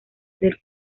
del